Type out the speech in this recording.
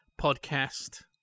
podcast